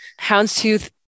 Houndstooth